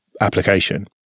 application